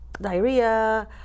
diarrhea